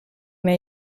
mir